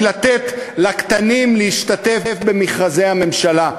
כי לתת לקטנים להשתתף במכרזי הממשלה,